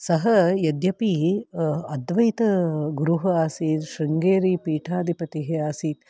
सः यद्यपि अद्वैतगुरुः आसीत् शृङ्गेरी पीठाधिपतिः आसीत्